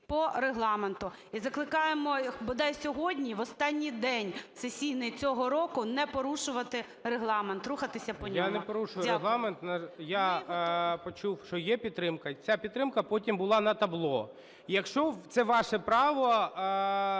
по Регламенту. І закликаємо бодай сьогодні, в останній день сесійний цього року, не порушувати Регламент, рухатися по ньому. Дякую. ГОЛОВУЮЧИЙ. Я не порушую Регламент. Я почув, що є підтримка, і ця підтримка потім була на табло. Це ваше право